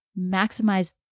maximize